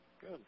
Good